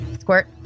Squirt